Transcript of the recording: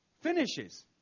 finishes